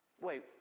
wait